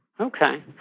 Okay